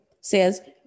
says